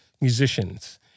musicians